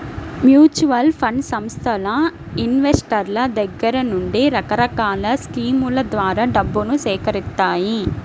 mutual fund సంస్థలు ఇన్వెస్టర్ల దగ్గర నుండి రకరకాల స్కీముల ద్వారా డబ్బును సేకరిత్తాయి